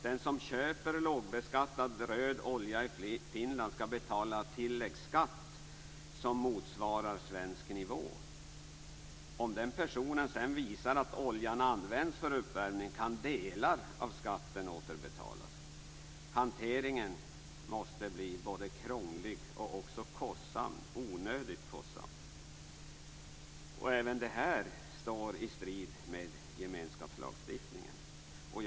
Den som köper lågbeskattad röd olja i Finland skall betala tilläggsskatt som motsvarar svensk nivå. Om den personen sedan visar att oljan används för uppvärmning kan delar av skatten återbetalas. Hanteringen måste bli både krånglig och onödigt kostsam. Även detta står i strid med gemenskapslagstiftningen.